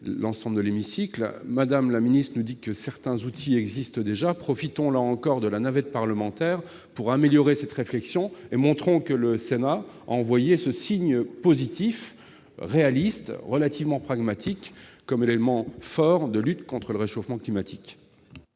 d'une seule travée. Mme la ministre nous dit que certains outils existent déjà. Profitons de la navette parlementaire pour améliorer la réflexion et montrons que le Sénat a envoyé ce signe positif, réaliste et pragmatique comme élément fort de la lutte contre le réchauffement climatique.